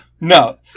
No